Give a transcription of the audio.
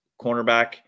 cornerback